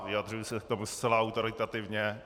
Vyjadřuji se v tom zcela autoritativně.